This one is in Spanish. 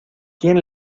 quién